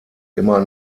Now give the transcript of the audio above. immer